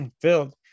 filled